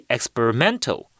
Experimental